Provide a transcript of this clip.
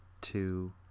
two